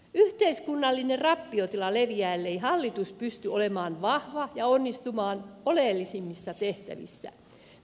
yhteiskunnallinen rappiotila leviää ellei hallitus pysty olemaan vahva ja onnistumaan oleellisimmissa tehtävissä